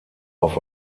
auf